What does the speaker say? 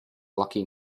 lucky